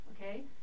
okay